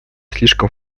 слишком